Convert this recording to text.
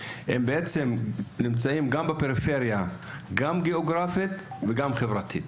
הם בעצם נמצאים גם בפריפריה גם גיאוגרפית וגם חברתית,